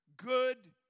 Good